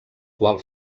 qual